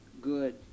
good